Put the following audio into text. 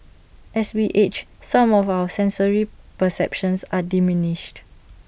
as we age some of our sensory perceptions are diminished